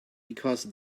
because